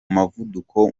muvuduko